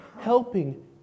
helping